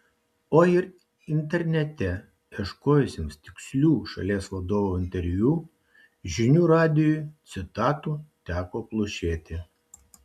o ir internete ieškojusiems tikslių šalies vadovo interviu žinių radijui citatų teko plušėti